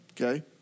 Okay